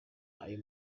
ayo